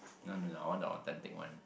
no no no I want the authentic one